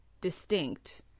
distinct